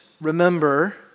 remember